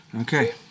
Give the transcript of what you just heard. Okay